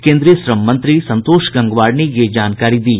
केन्द्रीय श्रम मंत्री संतोष गंगवार ने यह जानकारी दी